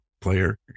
player